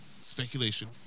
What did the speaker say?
speculation